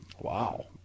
Wow